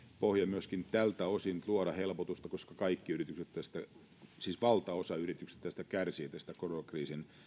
myöskin tältä osin nyt luoda helpotusta koska valtaosa yrityksistä kärsii koronakriisin